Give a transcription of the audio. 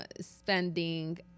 spending